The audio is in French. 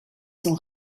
sont